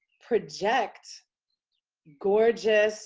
project gorgeous